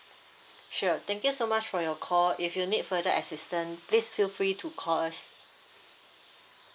sure thank you so much for your call if you need further assistance please feel free to call us